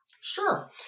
Sure